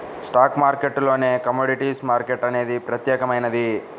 stock మార్కెట్టులోనే commodities market అనేది ప్రత్యేకమైనది